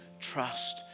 trust